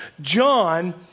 John